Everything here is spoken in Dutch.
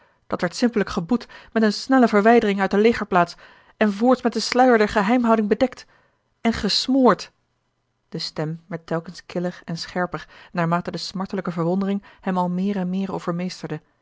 dat werd simpellijk geboet met eene snelle verwijdering uit de legerplaats en voorts met den sluier der geheimhouding bedekt en gesmoord de stem werd telkens killer en scherper naarmate de smartelijke verwondering hem al meer en meer